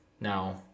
Now